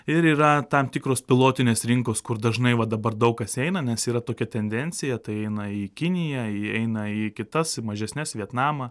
ir yra tam tikros pilotinės rinkos kur dažnai va dabar daug kas eina nes yra tokia tendencija tai eina į kiniją įeina į kitas į mažesnes vietnamą